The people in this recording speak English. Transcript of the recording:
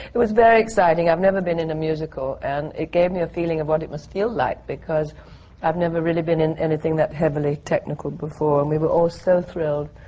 it was very exciting. i've never been in a musical, and it gave me a feeling of what it must feel like, because i've never really been in anything that heavily technical before. and we were all so thrilled,